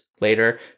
later